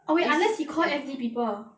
oh wait unless he call F_D people